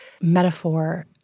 metaphor